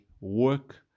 work